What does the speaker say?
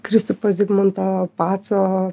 kristupo zigmanto paco